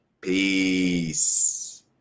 Peace